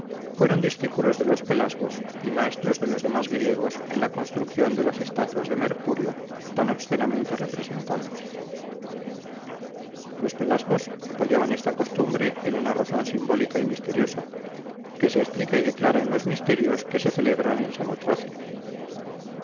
fueron discípulos de los pelasgos y maestros de los demás griegos en la construcción de las estatuas de mercurio tan obscenamente representadas los pelasgos apoyaban esta costumbre en una razón simbólica y misteriosa que se explica y declara en los misterios que se celebran en